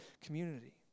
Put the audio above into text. community